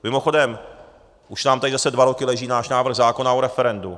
Mimochodem už nám tady zase dva roky leží náš návrh zákona o referendu.